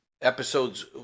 episodes